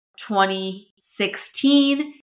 2016